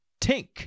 Tink